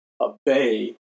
obey